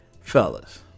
fellas